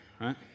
right